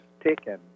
taken